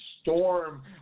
Storm